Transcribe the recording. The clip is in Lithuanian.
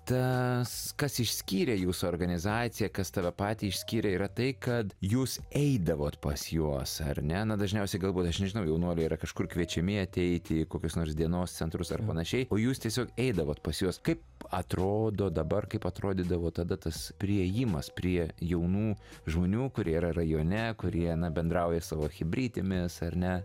tas kas išskyrė jūsų organizaciją kas tave patį išskyrė yra tai kad jūs eidavot pas juos ar ne na dažniausiai galbūt aš nežinau jaunuoliai yra kažkur kviečiami ateiti į kokius nors dienos centrus ar panašiai o jūs tiesiog eidavot pas juos kaip atrodo dabar kaip atrodydavo tada tas priėjimas prie jaunų žmonių kurie yra rajone kurie na bendrauja savo chebrytėmis ar ne